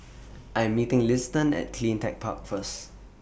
I'm meeting Liston At CleanTech Park First